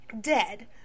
dead